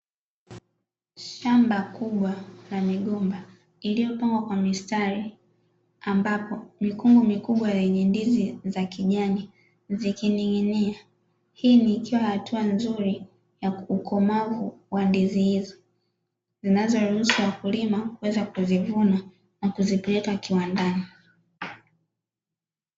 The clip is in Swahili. Shamba kubwa la migomba iliyopangwa kwa misitari, ambapo mikungu mikubwa yenye ndizi za kijani zikining'inia; hii ni ikiwa hatua nzuri ya ukomavu wa ndizi hizo zinazoruhusu wakulima kuweza kuzivuna na kuzipeleka kiwandani.